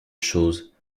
choses